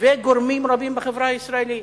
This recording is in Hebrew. וגורמים רבים בחברה הישראלית,